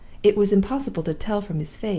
it was impossible to tell from his face,